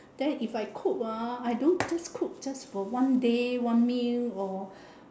then if I cook ah I don't just cook just for one day one meal or